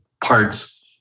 parts